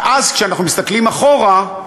ואז כשאנחנו מסתכלים אחורה,